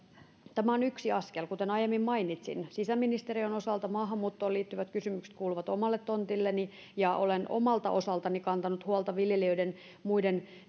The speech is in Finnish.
tämä on yksi askel kuten aiemmin mainitsin sisäministeriön osalta maahanmuuttoon liittyvät kysymykset kuuluvat omalle tontilleni ja olen omalta osaltani kantanut huolta viljelijöiden ja muiden